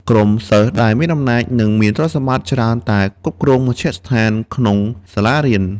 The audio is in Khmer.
ក្រុមសិស្ស ដែលមានអំណាចនិងមានទ្រព្យសម្បត្តិច្រើនតែគ្រប់គ្រងមជ្ឈដ្ឋានក្នុងសាលារៀន។